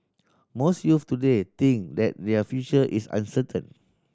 most youths today think that their future is uncertain